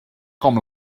com